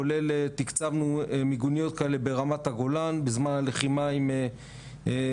כולל תקצבנו מיגוניות כאלה ברמת הגולן בזמן הלחימה שהייתה